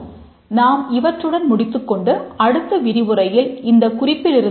நாம் இவற்றுடன் முடித்துக் கொண்டு அடுத்த விரிவுரையில் இந்தக் குறிப்பிலிருந்து தொடர்வோம்